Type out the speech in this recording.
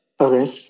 Okay